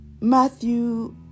Matthew